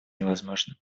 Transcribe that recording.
невозможно